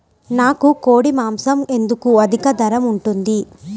నాకు కోడి మాసం ఎందుకు అధిక ధర ఉంటుంది?